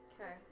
Okay